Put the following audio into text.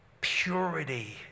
purity